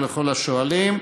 ולכל השואלים.